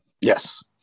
Yes